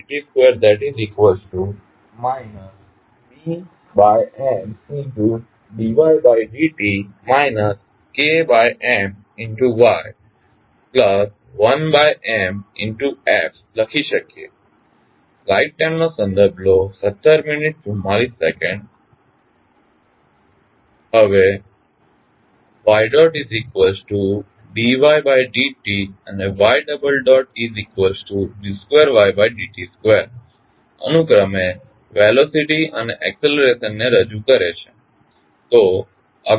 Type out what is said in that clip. આપણે d 2ytd t 2 BMd ytd t KMyt1Mft લખી શકીએ હવે ytd yd t અને ytd 2yd t 2 અનુક્રમે વેલોસીટી અને એક્સલરેશન ને રજુ કરે છે